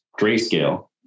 grayscale